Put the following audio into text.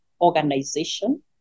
organization